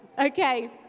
Okay